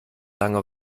lange